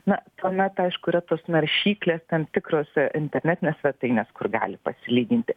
na tuomet aišku yra tos naršyklės tam tikros internetinės svetainės kur gali pasilyginti